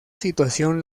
situación